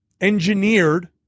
engineered